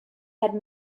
had